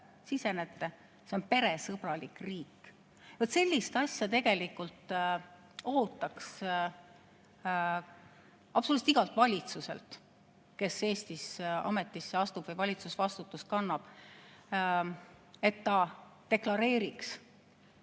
tulete, on peresõbralik riik. Vaat sellist asja tegelikult ootaks absoluutselt igalt valitsuselt, kes Eestis ametisse astub või valitsusvastutust kannab, et ta deklareeriks